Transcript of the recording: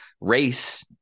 race